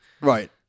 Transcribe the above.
Right